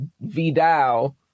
Vidal